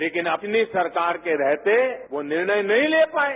लेकिन अपनी सरकार के रहते वो निर्णय नहीं ले पाये